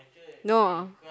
no